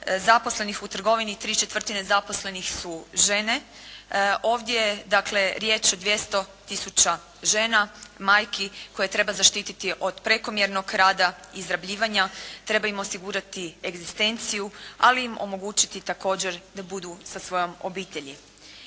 zaposlenih u trgovini tri četvrtine zaposlenih su žene. Ovdje je dakle, riječ o 200 tisuća žena, majki, koje treba zaštiti od prekomjernog rada, izrabljivanja, treba im osigurati egzistenciju, ali im omogućiti također da budu sa svojom obitelji.